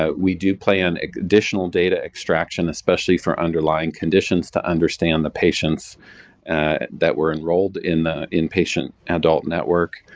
ah we do play on additional data extraction, especially for underlying conditions to understand the patients that were enrolled in the inpatient adult network,